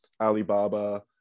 Alibaba